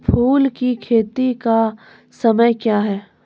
फुल की खेती का समय क्या हैं?